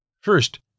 First